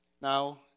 Now